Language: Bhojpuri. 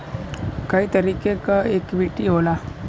कई तरीके क इक्वीटी होला